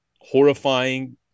horrifying